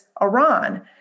Iran